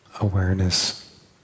Awareness